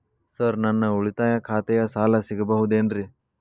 Sir ನನ್ನ ಉಳಿತಾಯ ಖಾತೆಯ ಸಾಲ ಸಿಗಬಹುದೇನ್ರಿ?